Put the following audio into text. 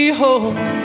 home